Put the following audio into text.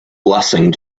blessing